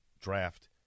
draft